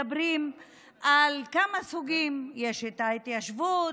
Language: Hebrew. מדברים על כמה סוגים: יש את ההתיישבות,